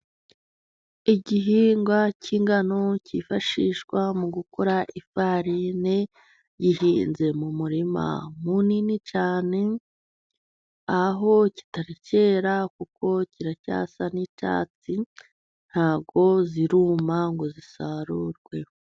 Igihingwa cy'ingano cyifashishwa mu gukora ifarini, zihinze mu murima munini cyane ,aho kitari cyera kuko kiracyasa n'icyatsi ,ntabwo ziruma ngo zisarurwe.